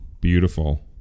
beautiful